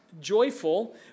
joyful